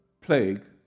plague